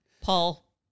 Paul